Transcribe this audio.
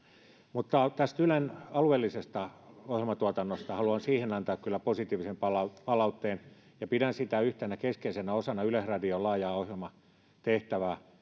mutta tästä ylen alueellisesta ohjelmatuotannosta haluan siitä kyllä antaa positiivisen palautteen palautteen ja pidän sitä yhtenä keskeisenä osana yleisradion laajaa ohjelmatehtävää